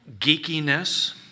geekiness